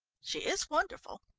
she is wonderful,